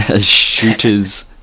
shooters